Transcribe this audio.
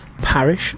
parish